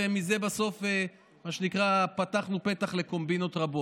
ומזה בסוף פתחנו פתח לקומבינות רבות.